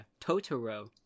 Totoro